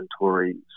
inventory